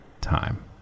time